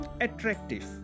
attractive